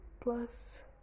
plus